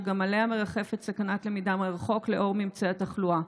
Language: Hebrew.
וגם עליה מרחפת סכנת למידה מרחוק לנוכח ממצאי התחלואה,